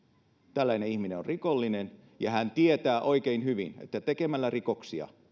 tällainen ihminen on rikollinen ja hän tietää oikein hyvin että tekemällä rikoksia